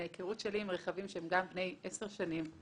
מהיכרות של עם רכבים שהם גם בני עשר שנים,